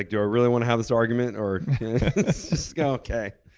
do i really want to have this argument, or just go, okay?